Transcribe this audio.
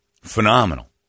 Phenomenal